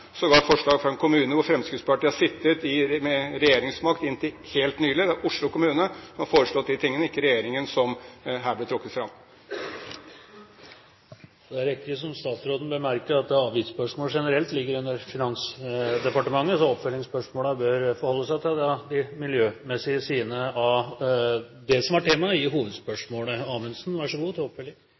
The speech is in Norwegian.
forslag fra kommuner, sågar forslag fra en kommune hvor Fremskrittspartiet har sittet med regjeringsmakt inntil helt nylig. Det er Oslo kommune, ikke regjeringen, som har foreslått det som her blir trukket fram. Det er riktig som statsråden bemerker, at avgiftsspørsmål generelt ligger under Finansdepartementet, så en bør i oppfølgingsspørsmålene forholde seg til de miljømessige sidene av det som var temaet i hovedspørsmålet.